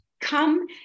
come